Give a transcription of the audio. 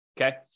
Okay